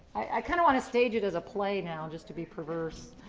i kind of want to stage it as a play now, just to be perverse.